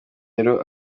ibiro